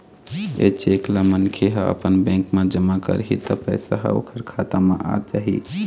ए cheque ल मनखे ह अपन बेंक म जमा करही त पइसा ह ओखर खाता म आ जाही